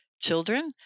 children